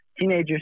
teenagers